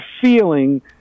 feeling